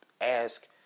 Ask